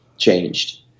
changed